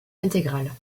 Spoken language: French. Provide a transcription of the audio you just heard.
intégrales